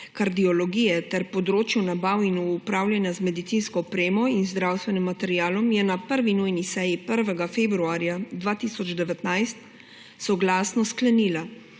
kardiologije ter področju nabav in upravljanja z medicinsko opremo in zdravstvenim materialom je na 1. nujni seji 1. februarja 2019 soglasno sklenila,